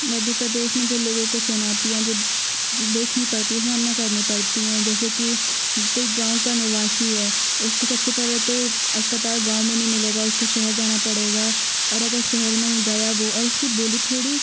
मध्य प्रदेश में जो लोगों को चुनौतियाँ जो देखनी पड़ती है सामना करनी पड़ती है जैसे कि कोई गाँव का निवासी है उसको सबसे पहले तो अस्पताल गाँव में नहीं मिलेगा उसको शहर जाना पड़ेगा और अगर शहर में गया वह और उसकी बोली थोड़ी